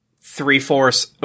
three-fourths